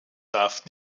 darf